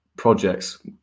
projects